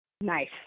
Nice